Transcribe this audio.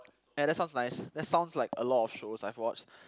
yeah that sounds nice that sounds like a lot of shows I've watched